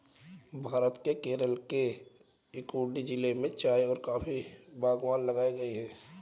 भारत के केरल के इडुक्की जिले में चाय और कॉफी बागान लगाए गए थे